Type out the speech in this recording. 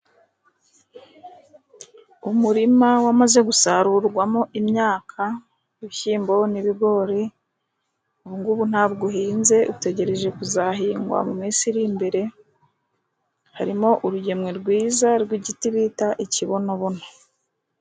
Umurima wamaze gusarurwamo imyaka, ibishyimbo n'ibigori. Ubungubu ntabwo uhinze, utegereje kuzahingwa mu minsi iri imbere. Harimo urugemwe rwiza rw'igiti bita ikibonobono.